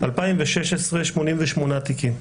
2016 88 תיקים,